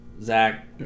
Zach